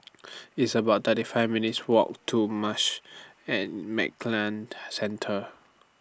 It's about thirty five minutes' Walk to Marsh and McLennan Centre